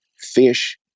Fish